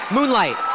Moonlight